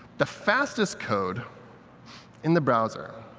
the fastest code in the browser,